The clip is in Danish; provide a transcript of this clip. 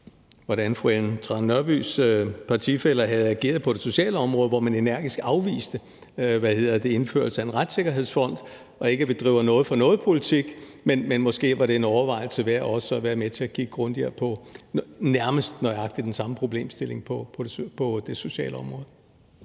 hvordan fru Ellen Trane Nørbys partifæller havde ageret på det sociale område, hvor de energisk afviste indførelse af en retssikkerhedsfond og ikke ville bedrive noget for noget-politik. Men det er måske en overvejelse værd også at være med til at kigge grundigere på nærmest nøjagtig den samme problemstilling på det sociale område.